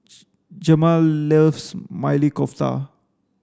Jemal loves Maili Kofta